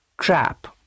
trap